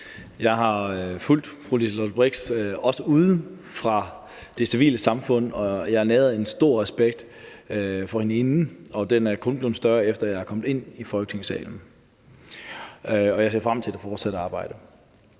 Jeg har fulgt fru Liselott Blixt, også ude fra det civile samfund, og jeg har næret en stor respekt for hende forinden, og den er kun blevet større, efter at jeg er kommet i Folketinget, og jeg ser frem til det fortsatte arbejde.